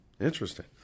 interesting